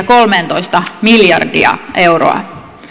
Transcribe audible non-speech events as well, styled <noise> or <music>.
<unintelligible> kolmetoista miljardia euroa